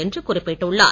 என்று குறிப்பிட்டுள்ளார்